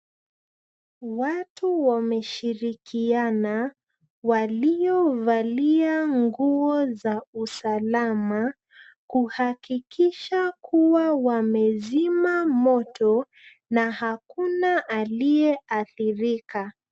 Watu wameshirikiana waliovalia nguo za usalama kuhakikisha kuwa wamezima moto na hakuna aliyeathirika.